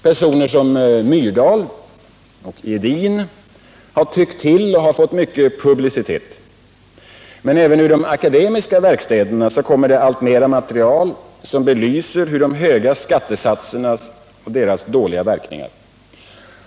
Personer som Myrdal och Edin har tyckt till och fått stor publicitet. Men även ur de akademiska verkstäderna kommer det mera material, som belyser de höga skattesatsernas dåliga verkningar.